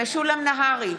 משולם נהרי,